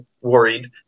worried